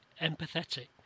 empathetic